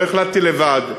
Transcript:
לא החלטתי לבד,